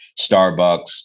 Starbucks